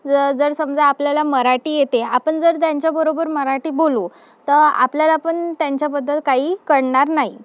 ज जर समजा आपल्याला मराठी येते आपण जर त्यांच्याबरोबर मराठी बोलू तर आपल्याला पण त्यांच्याबद्दल काही कळणार नाही